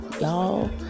y'all